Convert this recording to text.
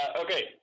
okay